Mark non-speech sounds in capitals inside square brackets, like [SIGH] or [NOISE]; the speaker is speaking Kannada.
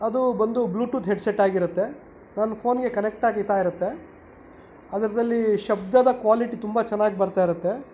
ಅದು ಬಂದು ಬ್ಲೂಟೂತ್ ಹೆಡ್ಸೆಟ್ ಆಗಿರುತ್ತೆ ನನ್ನ ಪೋನಿಗೆ ಕನೆಕ್ಟಾಗಿ [UNINTELLIGIBLE] ಇರುತ್ತೆ ಅದರದಲ್ಲಿ ಶಬ್ದದ ಕ್ವಾಲಿಟಿ ತುಂಬ ಚೆನ್ನಾಗಿ ಬರ್ತಾ ಇರುತ್ತೆ